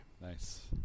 Nice